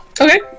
Okay